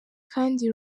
kandi